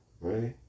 ready